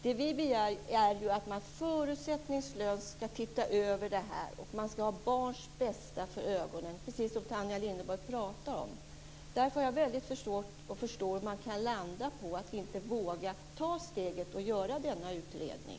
Det vi begär är att man förutsättningslöst skall titta över frågan. Man skall ha barnets bästa för ögonen, precis som Tanja Linderborg säger. Därför har jag väldigt svårt att förstå varför man inte vågar ta steget och göra denna utredning.